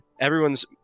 everyone's